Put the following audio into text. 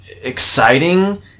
exciting